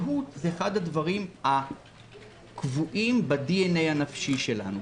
זהות היא אחד הדברים הקבועים בדי-אן-אי הנפשי שלנו.